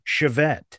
Chevette